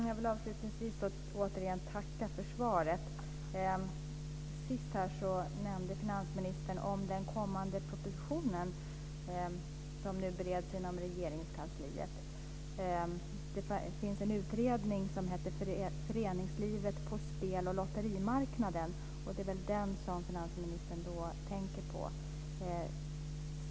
Fru talman! Avslutningsvis vill jag återigen tacka för svaret. Sist nämnde finansministern den kommande propositionen, som nu bereds inom Regeringskansliet. Det finns en utredning som heter Föreningslivet på spel och lotterimarknaden. Det är väl den finansministern tänker på.